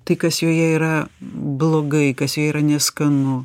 tai kas joje yra blogai kas joje yra neskanu